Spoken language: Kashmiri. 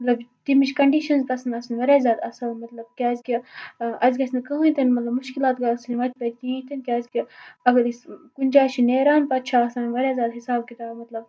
مَطلَب تمچ کَنڑِشَنز گَژھَن آس نہِ واریاہ زیادٕ اصٕل مَطلَب کیازکہِ اَسہِ گَژھ نہٕ کٕہٕنۍ تہِ مَطلَب مُشکِلات باسُن وَتہِ وَتہِ کِہیٖنۍ تہِ کیازکہِ اگر أسۍ کُنہِ جایہِ چھِ نیران پَتہٕ چھِ آسان واریاہ زیادٕ حِساب کِتاب مَطلَب